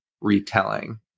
retelling